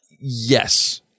yes